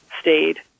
stayed